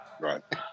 Right